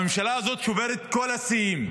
הממשלה הזאת שוברת את כל השיאים.